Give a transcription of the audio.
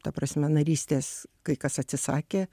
ta prasme narystės kai kas atsisakė